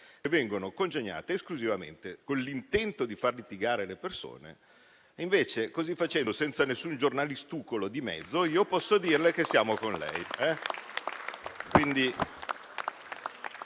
che vengono congegnate esclusivamente con l'intento di far litigare le persone. Oggi, invece, senza nessun "giornalistucolo" di mezzo, posso dirle che siamo con lei.